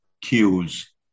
cues